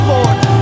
Lord